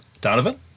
Donovan